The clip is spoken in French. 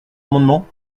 amendement